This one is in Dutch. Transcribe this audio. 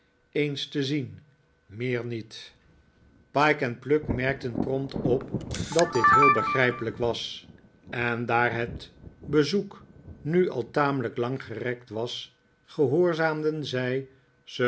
eens te zien meer niet pyke en pluck merkten prompt op dat dit heel begrijpelijk was en daar het bezoek nu al tamelijk lang gerekt was gehoorzaamden zij sir